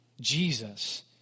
Jesus